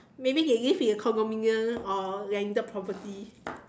maybe they live in condominium or landed property